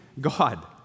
God